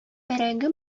бәрәңге